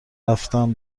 رفتم